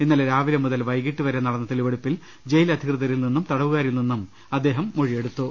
ഇന്നലെ രാവിലെ മുതൽ വൈകീട്ട് വരെ നടന്ന തെളിവെടുപ്പിൽ ജയിൽ അധികൃതരിൽ നിന്നും തടവുകാരിൽ നിന്നും അദ്ദേഹം മൊഴി എടുത്തു